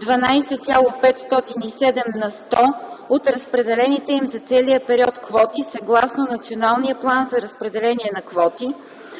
12,507 на сто от разпределените им за целия период квоти съгласно Националния план за разпределение на квоти,